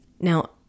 Now